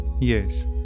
Yes